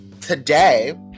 today